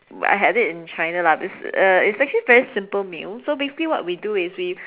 I had it in China lah this uh it's actually a very simple meal so basically what we do is we